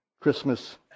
Christmas